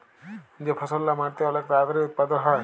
যে ফসললা মাটিতে অলেক তাড়াতাড়ি উৎপাদল হ্যয়